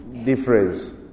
difference